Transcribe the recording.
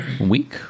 week